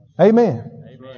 Amen